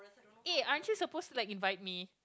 eh aren't you supposed to like invite me